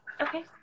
Okay